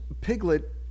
Piglet